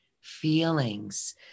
feelings